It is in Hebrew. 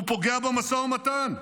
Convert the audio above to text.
הוא פוגע במשא ומתן,